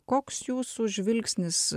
koks jūsų žvilgsnis